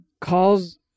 calls